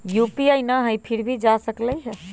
UPI न हई फिर भी जा सकलई ह?